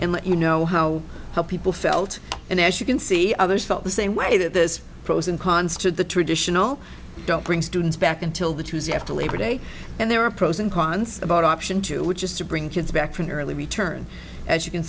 and let you know how people felt and as you can see others felt the same way the pros and cons to the traditional don't bring students back until the tuesday after labor day and there are pros and cons about option two which is to bring kids back from the early return as you can